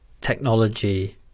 technology